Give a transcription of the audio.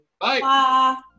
bye